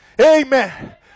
Amen